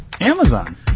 Amazon